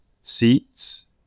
seats